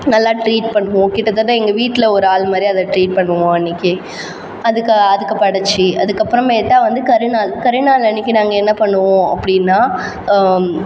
நல்லா ட்ரீட் பண்ணுவோம் கிட்டத்தட்ட எங்கள் வீட்டில் ஒரு ஆள் மாதிரி அதை ட்ரீட் பண்ணுவோம் அன்றைக்கி அதுக்கு அதுக்கு படைத்து அதுக்கு அப்புறம் மேட்டா வந்து கரிநாள் கரிநாள் அன்றைக்கி நாங்கள் என்ன பண்ணுவோம் அப்படின்னா